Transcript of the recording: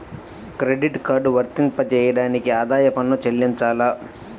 Credit card వర్తింపజేయడానికి ఆదాయపు పన్ను చెల్లించాలా?